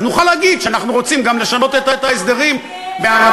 ואז נוכל להגיד שאנחנו רוצים גם לשנות את ההסדרים בהר-הבית.